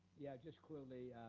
yeah, just quickly.